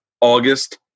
August